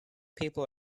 people